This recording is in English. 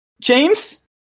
James